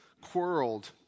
quarreled